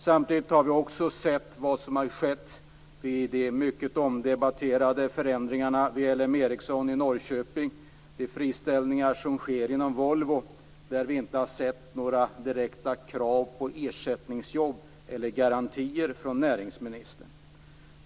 Samtidigt har vi sett vad som har skett vid de mycket omdebatterade förändringarna vid Ericsson i Norrköping och vid de friställningar som sker inom Volvo där vi inte har hört några direkta krav på ersättningsjobb eller garantier från näringsministern.